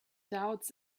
doubts